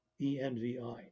E-N-V-I